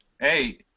Hey